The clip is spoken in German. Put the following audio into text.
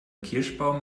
kirschbaum